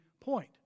point